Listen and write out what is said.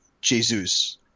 Jesus